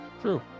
True